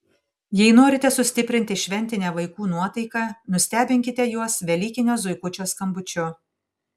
jei norite sustiprinti šventinę vaikų nuotaiką nustebinkite juos velykinio zuikučio skambučiu